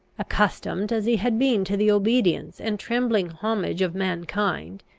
accustomed as he had been to the obedience and trembling homage of mankind,